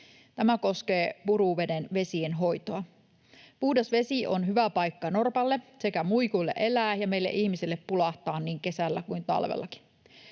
Tämä koskee Puruveden vesienhoitoa. Puhdas vesi on hyvä paikka norpalle sekä muikuille elää ja meille ihmisille pulahtaa niin kesällä kuin talvellakin.